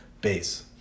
base